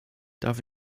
darf